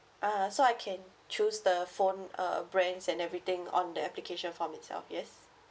ah so I can choose the phone uh brands and everything on the application form itself yes